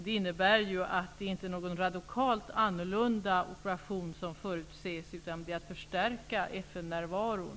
Det innebär att det inte är någon radikalt annorlunda operation som förutses, utan avsikten är att förstärka FN-närvaron.